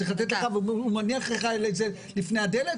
הוא מניח לך את זה לפני הדלת,